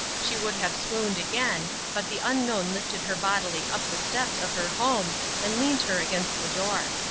she would have swooned again, but the unknown lifted her bodily up the steps of her home and leant her against the door.